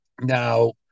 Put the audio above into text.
Now